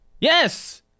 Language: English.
Yes